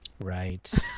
Right